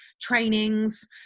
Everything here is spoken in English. trainings